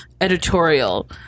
editorial